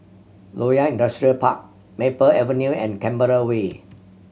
Loyang Industrial Park Maple Avenue and Canberra Way